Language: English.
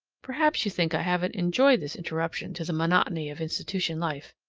perhaps you think i haven't enjoyed this interruption to the monotony of institution life!